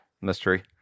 mystery